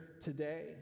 today